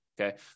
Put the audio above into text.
Okay